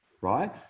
right